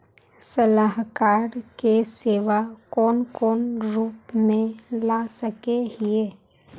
सलाहकार के सेवा कौन कौन रूप में ला सके हिये?